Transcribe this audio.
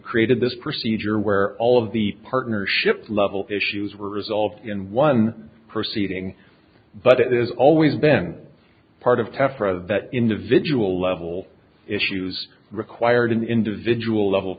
created this procedure where all of the partnerships level issues were resolved in one proceeding but it is always been part of test for that individual level issues required an individual level